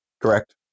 Correct